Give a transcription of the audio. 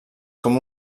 com